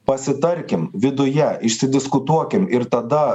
pasitarkim viduje išsidiskutuokim ir tada